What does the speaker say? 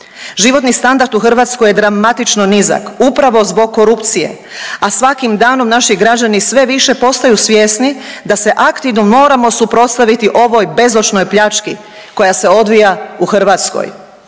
Životni standard u Hrvatskoj je dramatično nizak upravo zbog korupcije, a svakim danom naši građani sve više postaju svjesni da se aktivno moramo suprotstaviti ovoj bezočnoj pljački koja se odvija u Hrvatskoj.